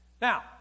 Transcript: Now